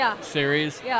series